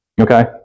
Okay